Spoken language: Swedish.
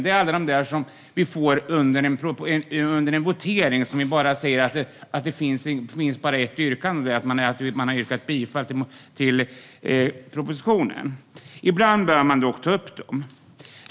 Det är alla de där ärendena under en votering där det bara finns ett yrkande, där man yrkar bifall till propositionen. Ibland bör man dock ta upp dem.